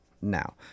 now